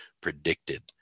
predicted